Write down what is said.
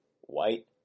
White